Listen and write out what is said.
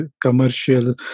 commercial